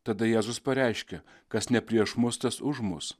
tada jėzus pareiškia kas ne prieš mus tas už mus